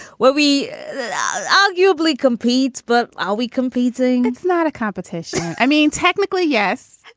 where we arguably compete but are we competing? it's not a competition. i mean, technically, yes